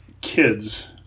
kids